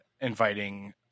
inviting